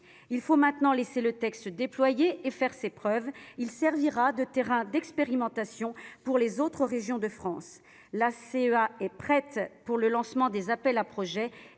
Il faut maintenant laisser le texte se déployer et faire ses preuves. Il servira de terrain d'expérimentation pour les autres régions de France. La CEA est prête à lancer les appels à projets,